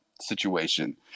situation